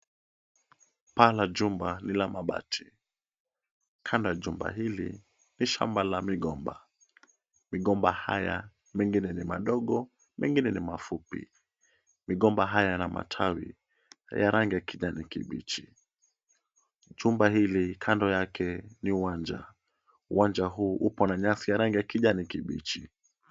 Paa la jumba ni la mabati. Kando ya jumba hili ni shamba la migomba. Migomba haya, mengine ni madogo, mengine ni mafupi. Migomba haya yana matawi ya rangi ya kijani kibichi. Chumba hili, kando yake ni uwanja. Uwanja huu upo na nyasi ya rangi ya kijani kibichi.